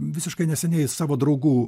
visiškai neseniai savo draugų